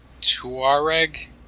Tuareg